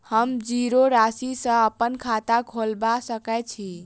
हम जीरो राशि सँ अप्पन खाता खोलबा सकै छी?